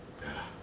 不要 lah